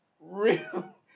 Real